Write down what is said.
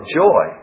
joy